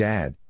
Dad